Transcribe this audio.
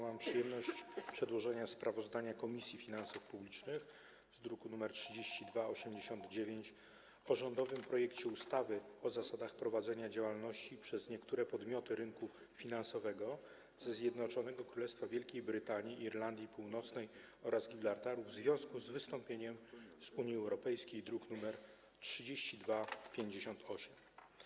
Mam przyjemność przedłożyć sprawozdanie Komisji Finansów Publicznych z druku nr 3289 o rządowym projekcie ustawy o zasadach prowadzenia działalności przez niektóre podmioty rynku finansowego ze Zjednoczonego Królestwa Wielkiej Brytanii i Irlandii Północnej oraz Gibraltaru w związku z wystąpieniem z Unii Europejskiej, druk nr 3258.